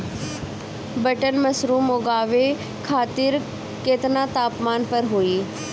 Button mushroom उगावे खातिर केतना तापमान पर होई?